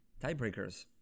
Tiebreakers